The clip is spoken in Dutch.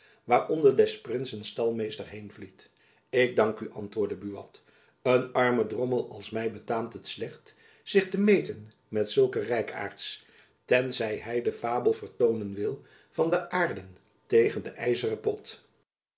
waaronder des prinsen stalmeester heenvliet ik dank u antwoordde buat een armen drommel als my betaamt het slecht zich te meten met zulke rijkaarts tenzij hy de fabel vertoonen wil van de aarden tegen de ijzeren pot